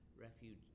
refuge